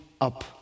up